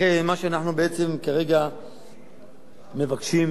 לכן מה שאנחנו כרגע בעצם מבקשים,